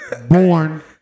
born